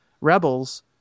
rebels